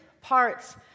parts